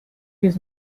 his